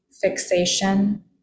fixation